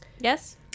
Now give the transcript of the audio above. Yes